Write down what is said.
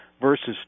versus